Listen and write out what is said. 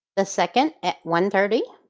the second at one thirty.